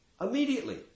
immediately